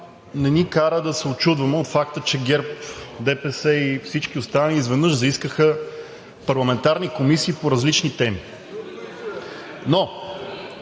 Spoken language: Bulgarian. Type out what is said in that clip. не ни кара да се учудваме от факта, че ГЕРБ, ДПС и всички останали изведнъж заискаха парламентарни комисии по различни теми. Но